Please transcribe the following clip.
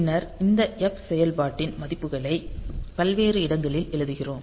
பின்னர் இந்த f செயல்பாட்டின் மதிப்புகளை பல்வேறு இடங்களில் எழுதுகிறோம்